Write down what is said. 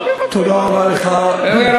חבר הכנסת מרגי לא מוותר.